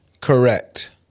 Correct